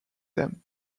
them